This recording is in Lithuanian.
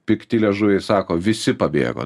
pikti liežuviai sako visi pabėgo